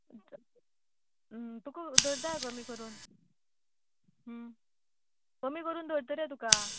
तुका धरतां कमी करून कमी करून धरतां रे तुका